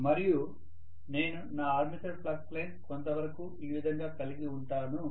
మరియు నేను నా ఆర్మేచర్ ఫ్లక్స్ లైన్స్ కొంతవరకు ఈ విధంగా కలిగి ఉంటాను